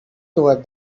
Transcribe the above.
toward